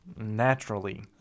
naturally